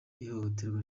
ihohoterwa